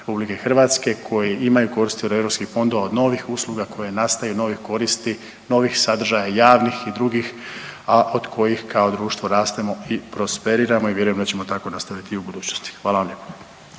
ali i građana RH koji imaju koristi od EU fondova, od novih usluga koje nastaju novih koristi, novih sadržaja, javnih i drugih, a od kojih, kao društvo rastemo i prosperiramo i vjerujem da ćemo tako nastaviti i u budućnosti. Hvala vam lijepo.